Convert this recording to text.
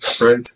Right